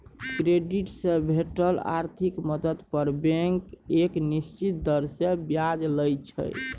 credit से भेटल आर्थिक मदद पर बैंक एक निश्चित दर से ब्याज लइ छइ